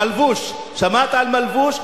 מלבוש, שמעת על מלבוש?